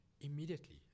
immediately